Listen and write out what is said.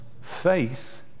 faith